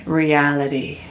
reality